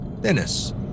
Dennis